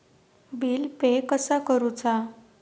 Bill pay कसा करुचा?